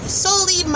solely